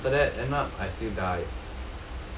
and then after that end up I still die